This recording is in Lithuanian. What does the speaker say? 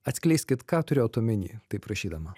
atskleiskit ką turėjot omeny tai prašydama